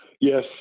Yes